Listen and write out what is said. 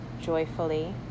joyfully